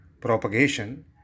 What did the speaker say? propagation